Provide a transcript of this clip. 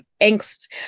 angst